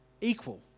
equal